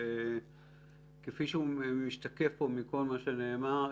כפי שמשתקף פה מכול מה שנאמר,